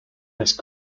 ice